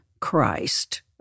Christ